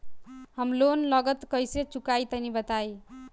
हम लोन नगद कइसे चूकाई तनि बताईं?